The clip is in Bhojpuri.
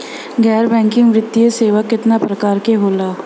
गैर बैंकिंग वित्तीय सेवाओं केतना प्रकार के होला?